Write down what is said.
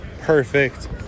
perfect